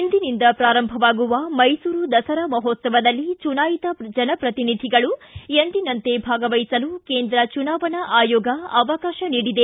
ಇಂದಿನಿಂದ ಪ್ರಾರಂಭವಾಗುವ ಮೈಸೂರು ದಸರಾ ಮಹೋತ್ಸವದಲ್ಲಿ ಚುನಾಯಿತ ಜನಪ್ರತಿನಿಧಿಗಳು ಎಂದಿನಂತೆ ಭಾಗವಹಿಸಲು ಕೇಂದ್ರ ಚುನಾವಣಾ ಆಯೋಗ ಅವಕಾಶ ನೀಡಿದೆ